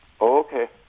Okay